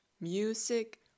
music